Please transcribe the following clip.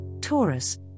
taurus